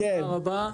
תודה רבה.